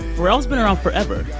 pharrell's been around forever,